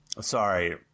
Sorry